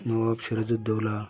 Nawab Siraj-ud-Daulah